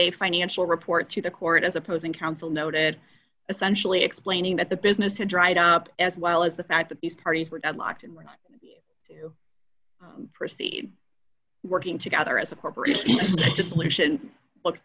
a financial report to the court as opposing counsel noted essentially explaining that the business had dried up as well as the fact that these parties were deadlocked and were to proceed working together as a corporate legislation looked